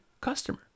customer